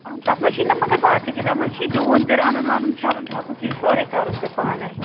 تَتھ منٛز چھُے نَہ مگر باقٕے تَتھ منٛز چھُے ڈُوُن تہِ رَنُن وَنُن چھَلُن چھَکُن چھُے سورُے کَرُن ژےٚ پانَے